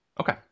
Okay